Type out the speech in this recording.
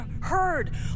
heard